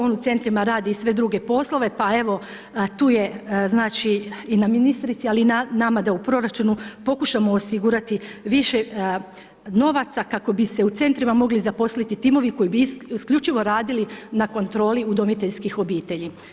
On u centrima radi i sve druge poslove, pa evo tu je znači i na ministrici, ali i na nama da u proračunu pokušamo osigurati više novaca kako bi se u centrima mogli zaposliti timovi koji bi isključivo radili na kontroli udomiteljskih obitelji.